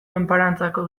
enparantzako